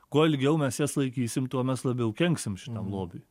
kuo ilgiau mes jas laikysim tuo mes labiau kenksim šitam lobiui